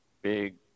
Big